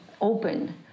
open